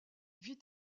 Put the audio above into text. vit